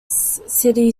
city